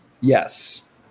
Yes